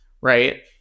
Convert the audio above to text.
right